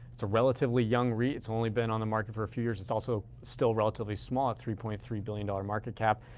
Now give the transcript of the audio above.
it's a relatively young reit. it's only been on the market for a few years. it's also still relatively small at three point three billion dollars market cap.